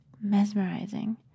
mesmerizing